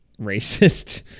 racist